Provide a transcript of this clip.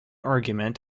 argument